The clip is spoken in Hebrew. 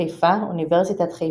חיפה; אוניברסיטת חיפה.